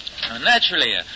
Naturally